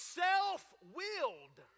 self-willed